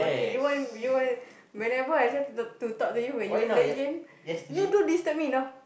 okay you want you want whenever I try to to talk to you when you play game you don't disturb me now